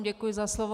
Děkuji za slovo.